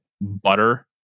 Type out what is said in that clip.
butter